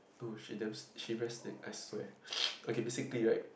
to she damn she very sneak~ I swear okay basically right